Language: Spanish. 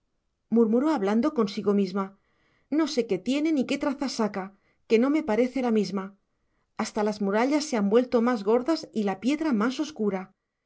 el invierno murmuró hablando consigo misma no sé qué tiene ni qué trazas saca que no me parece la misma hasta las murallas se han vuelto más gordas y la piedra más oscura